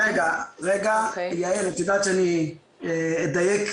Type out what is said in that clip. יעל, את יודעת שאדייק.